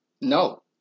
No